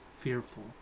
fearful